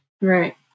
Right